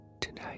Tonight